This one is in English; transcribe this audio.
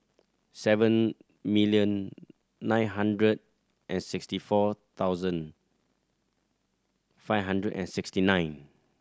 seven million nine hundred and sixty four thousand five hundred and sixty nine